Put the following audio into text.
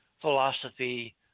philosophy